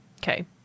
Okay